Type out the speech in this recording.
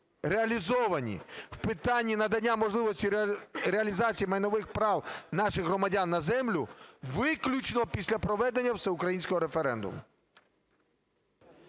реалізовані в питанні надання можливості реалізації майнових прав наших громадян на землю виключно після проведення всеукраїнського референдуму.